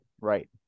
Right